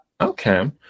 Okay